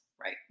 Right